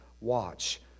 watch